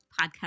podcast